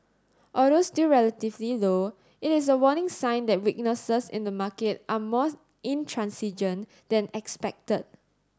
although still relatively low it is a warning sign that weaknesses in the market are more intransigent than expected